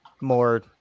more